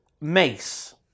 mace